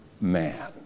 man